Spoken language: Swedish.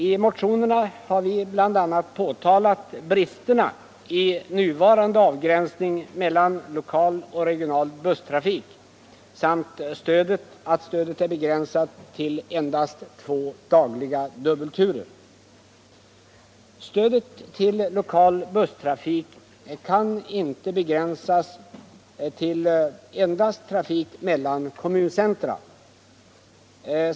I motionerna har vi bl.a. påtalat bristerna i nuvarande avgränsning mellan lokal och regional busstrafik samt att stödet är begränsat till endast två dagliga dubbelturer. Stödet till lokal busstrafik kan inte begränsas till endast trafik mellan kommuncentra.